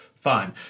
Fine